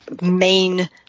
main